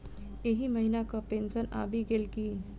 एहि महीना केँ पेंशन आबि गेल की